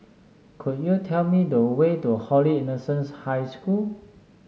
could you tell me the way to Holy Innocents' High School